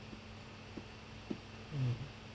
mm